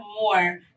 more